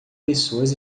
pessoas